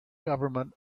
government